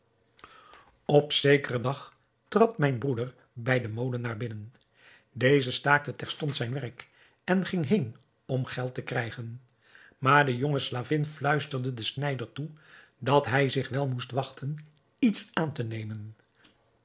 op zekeren dag trad mijn broeder bij den molenaar binnen deze staakte terstond zijn werk en ging heen om geld te krijgen maar de jonge slavin fluisterde den snijder toe dat hij zich wel moest wachten iets aan te nemen